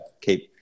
keep